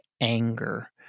anger